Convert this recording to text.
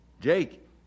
Jake